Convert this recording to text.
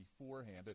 beforehand